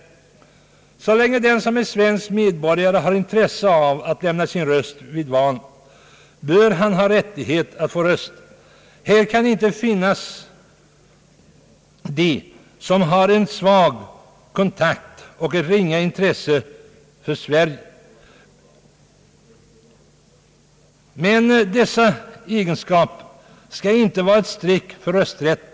Så länge den som är svensk medborgare har intresse av att lämna sin röst vid val, bör han ha rättighet att få rösta. Det kan finnas personer som har en svag kontakt med och ett ringa intresse för Sverige. Detta faktum skall dock inte utgöra ett hinder för rösträtten.